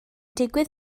digwydd